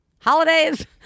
holidays